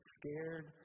scared